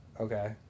Okay